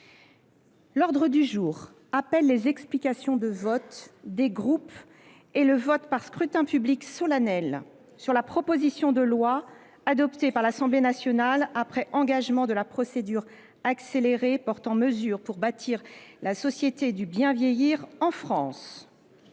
L’ordre du jour appelle les explications de vote des groupes et le vote par scrutin public solennel sur la proposition de loi, adoptée par l’Assemblée nationale après engagement de la procédure accélérée, portant mesures pour bâtir la société du bien vieillir en France